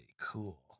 cool